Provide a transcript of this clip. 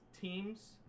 teams